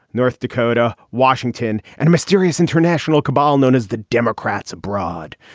north dakota, washington and a mysterious international cabal known as the democrats abroad.